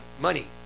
money